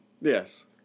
Yes